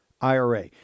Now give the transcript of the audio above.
IRA